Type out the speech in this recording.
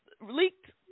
leaked